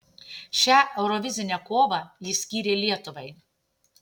šią eurovizinę kovą jis skyrė lietuvai